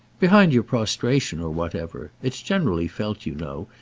behind your prostration or whatever. it's generally felt, you know,